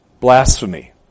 Blasphemy